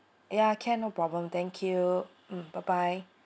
ya can no problem thank you mm bye bye